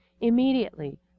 immediately